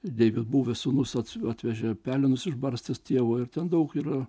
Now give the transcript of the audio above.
deivių buvęs sūnus atvežė pelenus išbarstęs tėvo ir ten daug yra